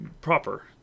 proper